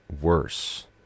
worse